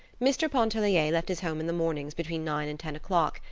mr. pontellier left his home in the mornings between nine and ten o'clock,